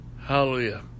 Hallelujah